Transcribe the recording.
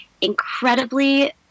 incredibly